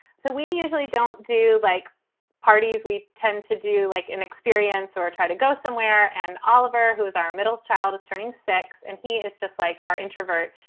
so we usually don't do like parties we tend to do like an experience or try to go somewhere. and oliver, who is our middle child, is turning six. and he is just like our introvert.